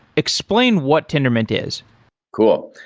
explain what tendermint is cool.